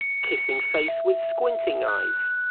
kissing face with squinting eyes.